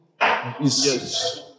Yes